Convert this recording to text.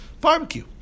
barbecue